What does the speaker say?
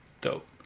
dope